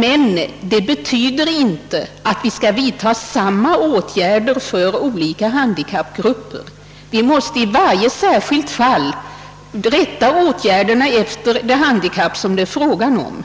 Men det betyder inte att vi skall vidta precis samma åtgärder för de olika handikappgrupperna. Vi måste i varje särskilt fall rätta åtgärderna efter det handikapp det är fråga om.